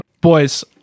Boys